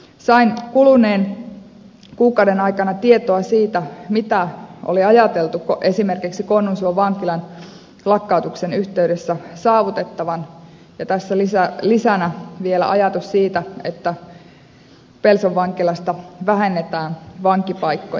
sain kuluneen kuukauden aikana tietoa siitä mitä oli ajateltu esimerkiksi konnunsuon vankilan lakkautuksen yhteydessä saavutettavan ja tässä lisänä vielä ajatus siitä että pelson vankilasta vähennetään vankipaikkoja